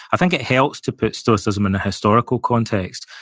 i think it helps to put stoicism in a historical context,